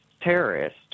terrorist